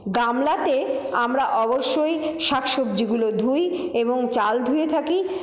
গামলাতে আমরা অবশ্যই শাকসবজিগুলো ধুই এবং চাল ধুয়ে থাকি